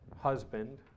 husband